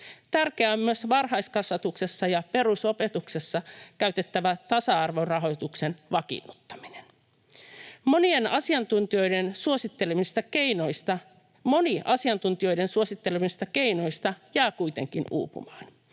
Tärkeää on myös varhaiskasvatuksessa ja perusopetuksessa käytettävän tasa-arvorahoituksen vakiinnuttaminen. Moni asiantuntijoiden suosittelemista keinoista jää kuitenkin uupumaan.